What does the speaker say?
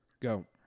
Go